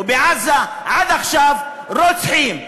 ובעזה עד עכשיו רוצחים,